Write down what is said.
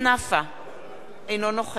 אינו נוכח חנא סוייד,